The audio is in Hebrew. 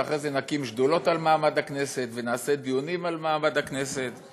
ואחרי זה נקים שדולות על מעמד הכנסת ונעשה דיונים על מעמד הכנסת,